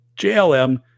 jlm